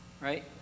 right